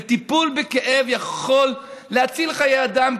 וטיפול בכאב יכול להציל חיי אדם,